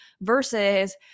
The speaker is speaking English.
versus